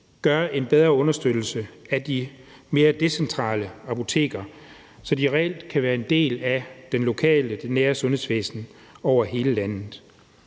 reelt understøtter de decentrale apoteker bedre, så de kan være en del af det nære sundhedsvæsen over hele landet.